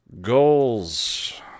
Goals